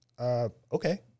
okay